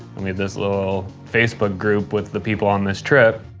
we made this little facebook group with the people on this trip.